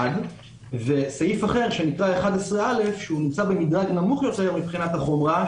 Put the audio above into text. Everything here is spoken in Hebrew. וסעיף 11(א) נמצא במדרג נמוך יותר מבחינת החומרה,